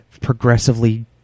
progressively